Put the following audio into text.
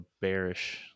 bearish